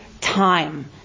time